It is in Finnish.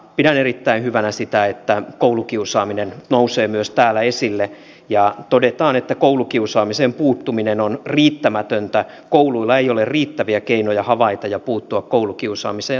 pidän erittäin hyvänä sitä että koulukiusaaminen nousee myös täällä esille ja todetaan että koulukiusaamiseen puuttuminen on riittämätöntä ja että kouluilla ei ole riittäviä keinoja havaita koulukiusaamista ja puuttua siihen